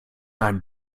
einem